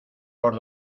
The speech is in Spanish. por